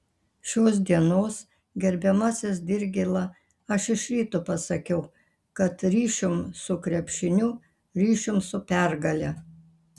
šios dienos gerbiamasis dirgėla aš iš ryto pasakiau kad ryšium su krepšiniu ryšium su pergale